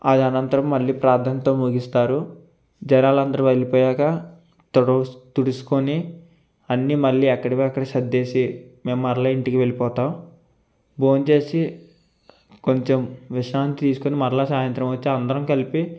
అది అనంతరం మళ్ళీ ప్రార్థనతో ముగిస్తారు జనాలందరు వెళ్ళిపోయాక తుడస్ తుడుచుకొని అన్ని మళ్ళీ ఎక్కడిది అక్కడ సర్దేసి మేము మరల ఇంటికి వెళ్ళిపోతాం భోంచేసి కొంచెం విశ్రాంతి తీసుకుని మరలా సాయంత్రం వచ్చి అందరం కలిసి